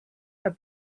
her